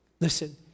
Listen